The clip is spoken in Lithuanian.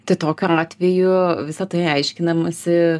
tai tokiu atveju visa tai aiškinamasi